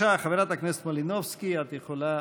חברת הכנסת מלינובסקי, בבקשה, את יכולה